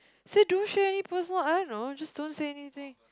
say don't share any person I don't know just don't say anything